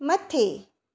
मथे